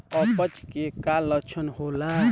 अपच के का लक्षण होला?